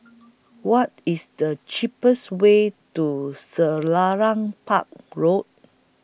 What IS The cheapest Way to Selarang Park Road